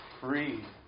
free